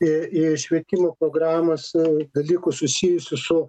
į į švietimo programose dalykų susijusių su